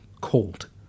Cold